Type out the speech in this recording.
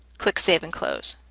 click save and close.